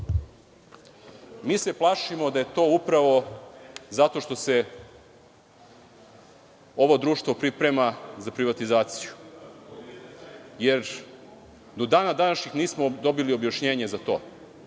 Mi se plašimo da je to upravo zato što se ovo društvo priprema za privatizaciju, jer do dana današnjeg nismo dobili objašnjenje za to